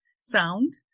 Sound